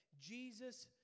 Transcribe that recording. Jesus